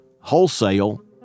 wholesale